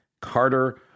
Carter